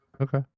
Okay